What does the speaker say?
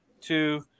two